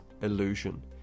illusion